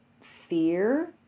fear